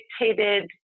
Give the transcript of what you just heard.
dictated